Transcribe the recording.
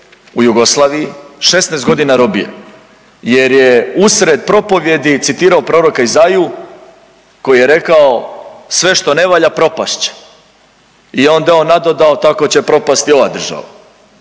u Jugoslaviji, 16 godina robije jer je usred propovijedi citirao proroka Izaiju koji je rekao sve što ne valja propast će. I onda je on nadodao tako će propasti i ova država.